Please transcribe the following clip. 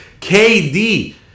KD